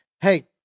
hey